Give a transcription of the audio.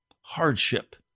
hardship